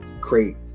create